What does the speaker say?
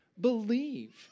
believe